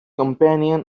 companion